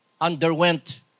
underwent